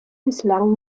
bislang